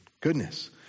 goodness